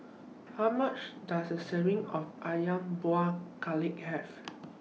How Many Calories Does A Serving of Ayam Buah Keluak Have